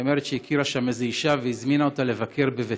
היא אומרת שהיא הכירה שם איזו אישה שהזמינה אותה לבקר בביתה,